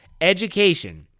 education